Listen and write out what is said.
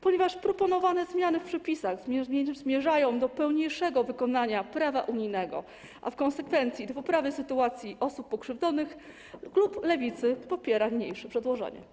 Ponieważ proponowane zmiany w przepisach zmierzają do pełniejszego wykonania prawa unijnego, a w konsekwencji - do poprawy sytuacji osób pokrzywdzonych, klub Lewicy popiera niniejsze przedłożenie.